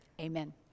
Amen